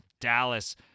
Dallas